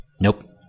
Nope